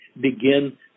begin